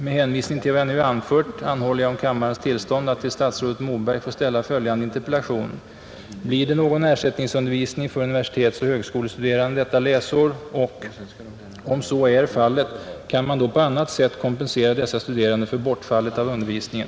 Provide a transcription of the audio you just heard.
Med hänvisning till vad jag nu anfört anhåller jag om kammarens tillstånd att till statsrådet Moberg ställa följande interpellation: Blir det någon ersättningsundervisning för universitetsoch högskolestuderande detta läsår och, om så ej blir fallet, kan man då på annat sätt kompensera dessa studerande för bortfallet av undervisningen?